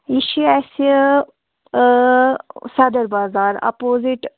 یہِ چھُ اَسہِ صَدر بازار اَپوزِٹ